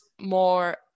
more